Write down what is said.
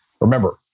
Remember